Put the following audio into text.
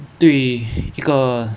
对一个